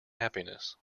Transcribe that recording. happiness